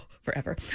Forever